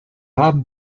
haben